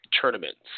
Tournaments